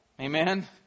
Amen